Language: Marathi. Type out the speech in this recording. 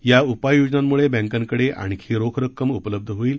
या उपाययोजनांमुळे बँकांकडे आणखी रोख रक्कम उपलब्ध होईल